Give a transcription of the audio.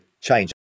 change